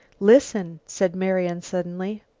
listen! said marian suddenly.